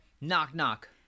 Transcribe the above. Knock-knock